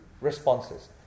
Responses